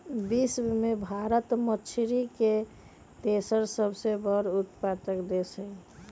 विश्व में भारत मछरी के तेसर सबसे बड़ उत्पादक देश हई